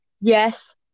Yes